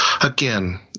again